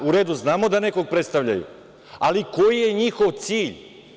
U redu znamo da nekog predstavljaju, ali koji je njihov cilj?